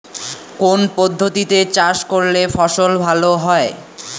কোন পদ্ধতিতে চাষ করলে ফসল ভালো হয়?